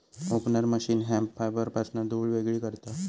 opener machine hemp फायबरपासना धुळ वेगळी करता